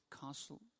Castle